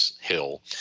hill